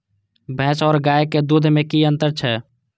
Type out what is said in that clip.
भैस और गाय के दूध में कि अंतर छै?